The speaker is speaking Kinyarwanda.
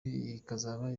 ikazaba